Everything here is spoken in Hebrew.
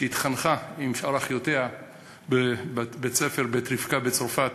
שהתחנכה עם שאר אחיותיה בבית-ספר "בית רבקה" בצרפת,